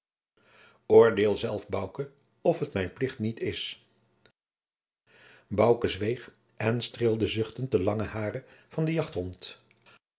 oordeel zelf bouke of het mijn plicht niet is jacob van lennep de pleegzoon bouke zweeg en streelde zuchtend de lange hairen van den jachthond